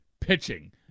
pitching